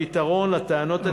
הפתרון לטענות הנשמעות,